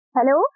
Hello